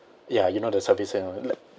ya you know the service like